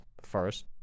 first